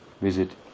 visit